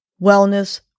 Wellness